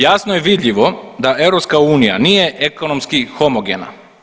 Jasno je vidljivo da EU nije ekonomski homogena.